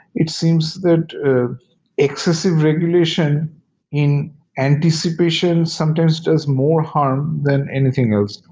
it seems that excessive regulation in anticipation sometimes does more harm than anything else.